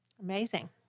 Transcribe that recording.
amazing